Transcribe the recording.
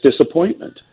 disappointment